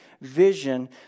vision